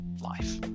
life